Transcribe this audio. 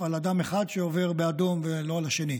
על אדם אחד שעובר באדום ולא על השני.